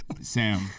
Sam